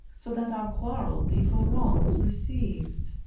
so that our quarrel be for wrongs received,